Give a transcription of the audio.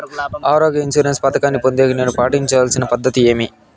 ఆరోగ్య ఇన్సూరెన్సు పథకాన్ని పొందేకి నేను పాటించాల్సిన పద్ధతి ఏమి?